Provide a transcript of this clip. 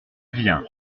viens